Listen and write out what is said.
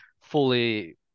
fully